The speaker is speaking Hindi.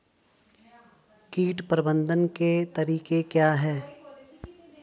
कीट प्रबंधन के तरीके क्या हैं?